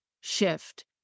shift